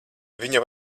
viņa